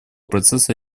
процесса